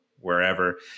wherever